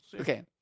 Okay